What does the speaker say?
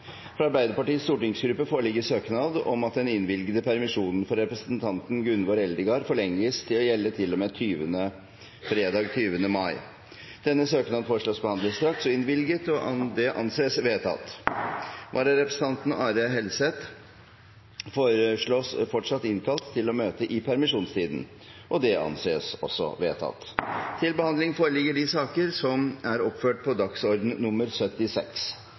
Fra Arbeiderpartiets stortingsgruppe foreligger søknad om at den innvilgede permisjon for representanten Gunvor Eldegard forlenges til å gjelde til og med den 20. mai. Etter forslag fra presidenten ble enstemmig besluttet: Søknaden behandles straks og innvilges. Vararepresentanten, Are Helseth, fortsetter å møte i permisjonstiden. Før sakene på dagens kart tas opp til behandling,